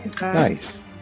Nice